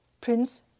Prince